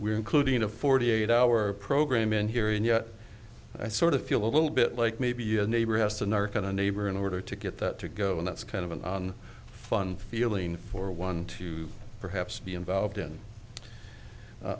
are including a forty eight hour program in here and yet i sort of feel a little bit like maybe your neighbor has to narcan a neighbor in order to get that to go and that's kind of a fun feeling for one to perhaps be involved in